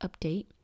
update